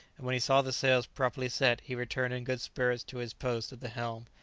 and when he saw the sails properly set he returned in good spirits to his post at the helm,